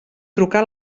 trucar